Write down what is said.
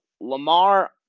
Lamar